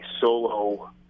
solo